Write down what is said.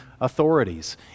authorities